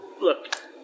look